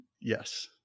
Yes